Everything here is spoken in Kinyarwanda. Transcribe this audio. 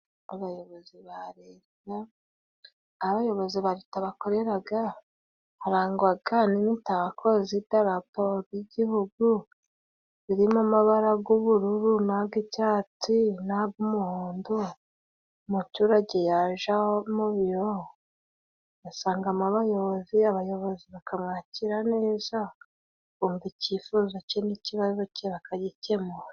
Abayobozi ba Leta, aho abayobozi ba Leta bakoreraga harangwaga n'imitako z'idarapo ry'igihugu zirimo amabara g'ubururu na ag'icyatsi na ag'umuhondo. Umuturage yaja mu biro asangamo abayobozi, abayobozi bakamwakira neza bumva icyifuzo cye n'ikibazo cye bakagikemura.